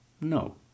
No